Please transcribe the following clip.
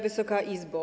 Wysoka Izbo!